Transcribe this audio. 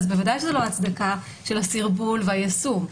בוודאי שאלה לא הצדקה של הסרבול והיישום.